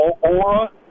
aura